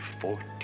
Forty